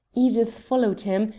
edith followed him,